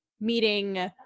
meeting